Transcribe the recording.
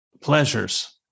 pleasures